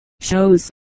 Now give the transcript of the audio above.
shows